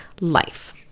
life